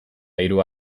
hiru